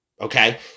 Okay